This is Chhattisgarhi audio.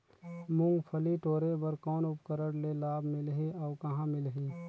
मुंगफली टोरे बर कौन उपकरण ले लाभ मिलही अउ कहाँ मिलही?